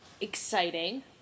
Exciting